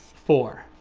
four.